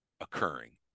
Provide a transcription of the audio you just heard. Occurring